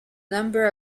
number